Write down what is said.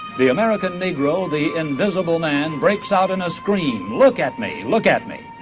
the american negro, the invisible man, breaks out in a scream, look at me, look at me.